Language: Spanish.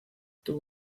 tuvo